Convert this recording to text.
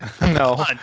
No